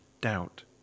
doubt